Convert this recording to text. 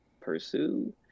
pursue